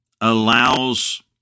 allows